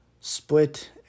split